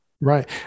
Right